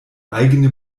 eigene